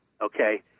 okay